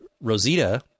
Rosita